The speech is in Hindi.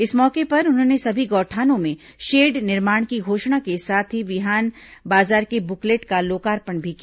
इस मौके पर उन्होंने सभी गौठानों में शेड निर्माण की घोषणा के साथ ही बिहान बाजार के बुकलेट का लोकार्पण भी किया